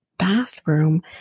bathroom